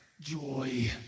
joy